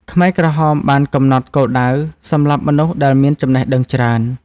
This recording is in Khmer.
ខ្មែរក្រហមបានកំណត់គោលដៅសម្លាប់មនុស្សដែលមានចំណេះដឹងច្រើន។